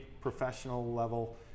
professional-level